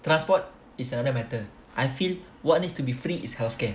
transport is another matter I feel what needs to be free is healthcare